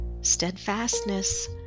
steadfastness